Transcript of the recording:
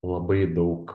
labai daug